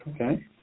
Okay